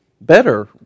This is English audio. better